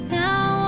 now